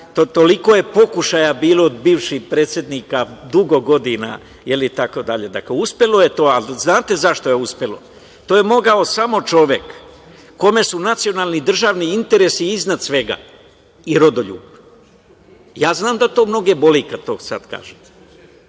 Toliko je pokušaja bilo bivših predsednika, dugo godina itd. Uspelo je to. Znate li zašto je uspelo? To je mogao samo čovek kome su nacionalni državni interesi iznad svega, i rodoljub. Ja znam da to mnoge boli kad to sad kažem.